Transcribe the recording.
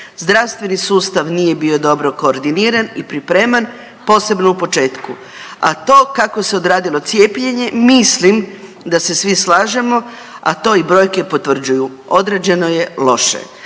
Zdravstveni sustav nije bio dobro koordiniran i pripreman posebno u početku. A to kako se odradilo cijepljenje mislim da se svi slažemo, a to i brojke potvrđuju, odrađeno je loše.